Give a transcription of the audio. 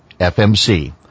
FMC